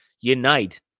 unite